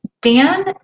Dan